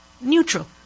neutral